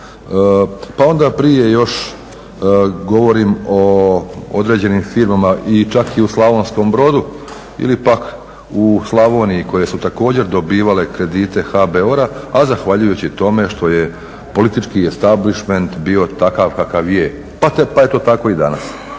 pa onda prije još govorim o određenim firmama čak i u Slavonskom Brodu ili pak u Slavoniji koje su također dobivale kredite HBOR-a, a zahvaljujući tome što je politički establishment bio takav kakav je pa je to tako i danas.